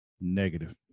Negative